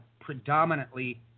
predominantly